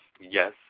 yes